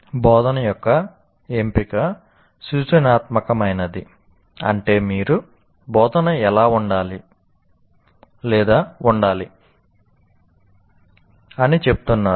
బోధన యొక్క ఎంపిక సూచనాత్మకమైనది అంటే మీరు "బోధన ఎలా ఉండాలి లేదా ఉండాలి" అని చెప్తున్నారు